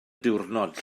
diwrnod